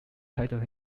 titled